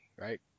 right